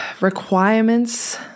requirements